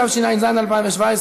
התשע"ז 2017,